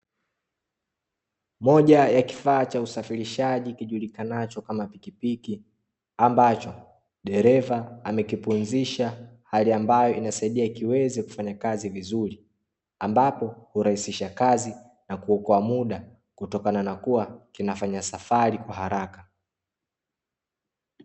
Moja ya kifaa cha usafirishaji kijulikanacho kama pikipiki, ambacho dereva amekipunzisha hali ambayo inasaidia kiweze kufanya kazi vizuri ambapo huraisisha kazi na kuokoa muda kutokana na kuwa kinafanya safari kwa haraka.